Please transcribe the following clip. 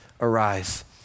arise